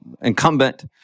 incumbent